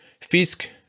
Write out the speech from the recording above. Fisk